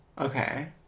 Okay